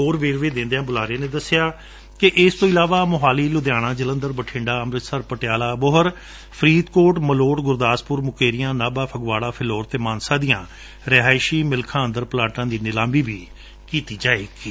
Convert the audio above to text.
ਹੋਰ ਵੇਰਵੇ ਦਿੰਦਿਆਂ ਬੁਲਾਰੇ ਨੇ ਦਸਿਆ ਇਸ ਤੋ ਇਲਾਵਾ ਮੋਹਾਲੀ ਲੁਧਿਆਣਾ ਜਲੰਧਰ ਬਠਿੰਡਾ ਅੰਮੁਤਸਰ ਪਟਿਆਲਾ ਅਬੋਹਰ ਫਰੀਦਕੋਟ ਮਲੌਟ ਗੁਰਦਾਸਪੁਰ ਮੁਕੇਰੀਆ ਨਾਭਾ ਫਗਵਾੜਾ ਫਿਲੌਰ ਅਤੇ ਮਾਨਸਾ ਦੀਆਂ ਰਿਹਾਇਸ਼ੀ ਮਿਲਬਾਂ ਵਿਚ ਪਲਾਟਾਂ ਦੀ ਨਿਲਾਮੀ ਵੀ ਕੀਤੀ ਜਾਵੇਗੀ